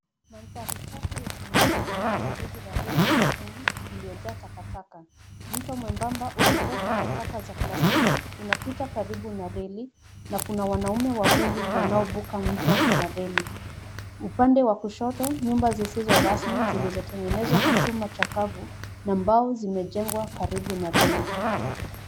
Mandhari chafu ya kimazingira karibu na reli ya treni iliyojaa takataka. Mto mwembamba uliojaa takataka za plastiki unapita karibu na reli na kuna wanaume wawili wanaovuka mto na reli. Upande wa kushoto, nyumba zisizo rasmi zilizotengenezwa kwa chuma cha kavu na mbao zimejengwa karibu na reli.